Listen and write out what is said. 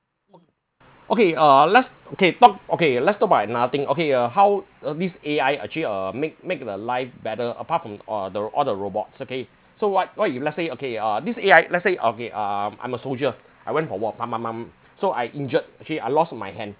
okay uh let's okay talk okay let's talk about another thing okay uh how uh this A_I actually uh make make the life better apart from uh the all the robots okay so what what if let's say okay uh this A_I let's say okay um I'm a soldier I went for war mang mang mang so I injured actually I lost my hand